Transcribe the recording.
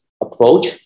approach